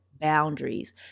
boundaries